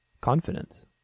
confidence